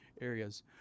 areas